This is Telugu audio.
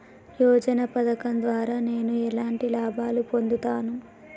యోజన పథకం ద్వారా నేను ఎలాంటి లాభాలు పొందుతాను?